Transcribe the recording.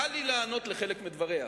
קל לי לענות על חלק מדבריה,